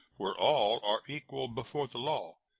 where all are equal before the law,